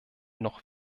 noch